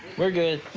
we're good.